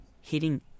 hitting